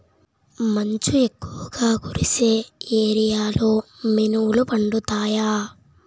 మంచు ఎక్కువుగా కురిసే ఏరియాలో మినుములు పండుతాయా?